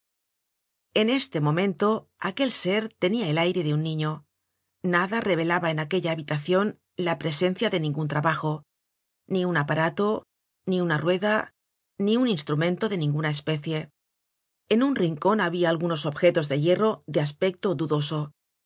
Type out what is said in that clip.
en este momento aquel ser tenia el aire de un niño nada revelaba en aquella habitacion la presencia de ningun trabajo ni un aparato ni una rueda ni un instrumento de ninguna especie en un rincon habia x algunos objetos de hierro de aspecto dudoso